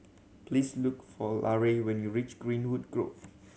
please look for Larae when you reach Greenwood Grove